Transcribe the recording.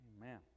Amen